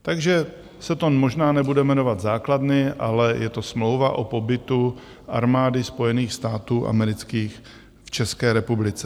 Takže se to možná nebude jmenovat základny, ale je to smlouva o pobytu Armády Spojených států amerických v České republice.